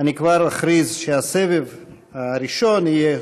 אני כבר אכריז שהסבב הראשון יהיה,